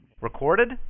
Recorded